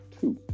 Two